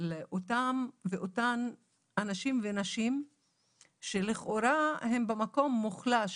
לאותם ואותן אנשים ונשים שלכאורה הם במקום מוחלש.